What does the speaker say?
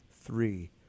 three